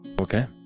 Okay